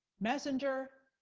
messenger,